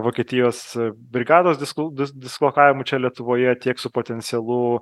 vokietijos brigados disklou dis dislokavimu čia lietuvoje tiek su potencialu